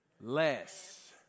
less